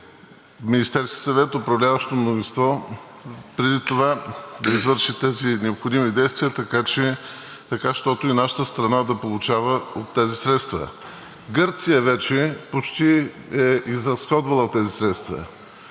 Министерският съвет, управляващото мнозинство преди това да извърши тези необходими действия, така щото и нашата страна да получава от тези средства. Гърция вече почти е изразходвала тези средства.